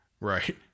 right